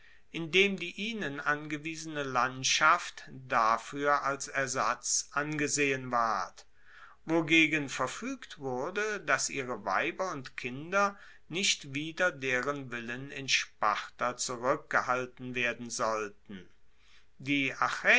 indem die ihnen angewiesene landschaft dafuer als ersatz angesehen ward wogegen verfuegt wurde dass ihre weiber und kinder nicht wider deren willen in sparta zurueckgehalten werden sollten die